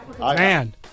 Man